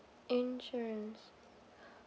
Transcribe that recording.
insurance